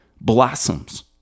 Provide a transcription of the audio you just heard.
blossoms